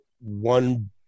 one